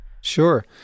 Sure